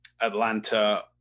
Atlanta